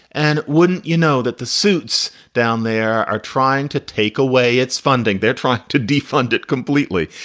and wouldn't you know that the suits down there are trying to take away its funding? they're trying to defund it completely.